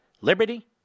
liberty